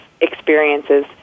experiences